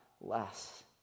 less